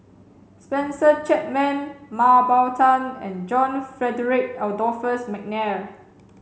Spencer Chapman Mah Bow Tan and John Frederick Adolphus McNair